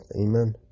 Amen